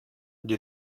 die